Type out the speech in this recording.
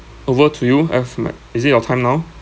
over to you F night is it your time now